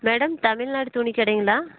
madam Tamil Nadu துணிக் கடைங்களா